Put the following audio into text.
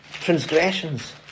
transgressions